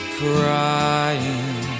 crying